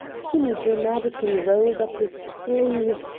kinney dramatically rolled up his sleeve,